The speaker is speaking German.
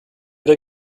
der